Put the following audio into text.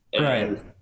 right